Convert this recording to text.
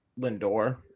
Lindor